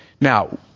Now